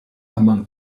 among